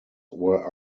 were